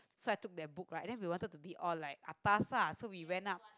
so I took that book right and then we wanted to be all like atas lah so we went up